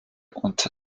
und